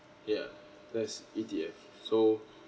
yeah that's E_T_F so